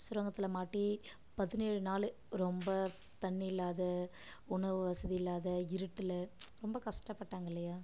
சுரங்கத்தில் மாட்டி பதினேழு நாள் ரொம்ப தண்ணி இல்லாது உணவு வசதி இல்லாத இருட்டில் ரொம்ப கஷ்டப்பட்டாங்க இல்லையா